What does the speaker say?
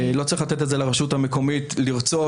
לא צריך לתת לרשות המקומית לרצות,